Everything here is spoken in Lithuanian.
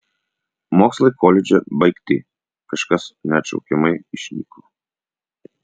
mokslai koledže baigti kažkas neatšaukiamai išnyko